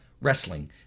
wrestling